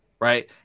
Right